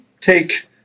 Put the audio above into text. take